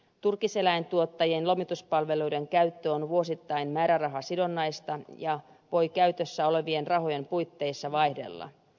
turkiseläintuottajien lomituspalveluiden käyttö on vuosittain määrärahasidonnaista ja voi käytössä olevien rahojen puitteissa vaihdella